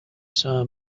saw